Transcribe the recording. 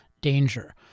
danger